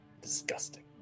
disgusting